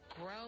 Grow